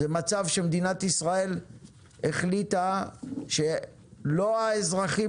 זה מצב שמדינת ישראל החליטה שלא האזרחים